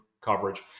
coverage